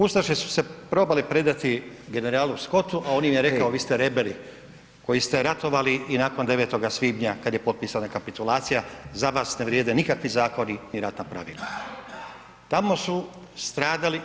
Ustaše su se probale predati generalu Scottu, a on im je rekao vi ste reberi koji ste ratovali i nakon 9. svibnja kada je potpisana kapitulacija, za vas ne vrijede nikakvi zakoni ni ratna pravila, tamo su stradali.